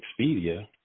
Expedia